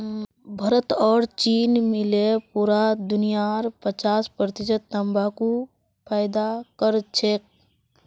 भारत और चीन मिले पूरा दुनियार पचास प्रतिशत तंबाकू पैदा करछेक